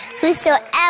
whosoever